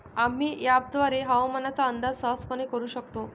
आम्ही अँपपद्वारे हवामानाचा अंदाज सहजपणे करू शकतो